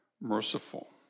merciful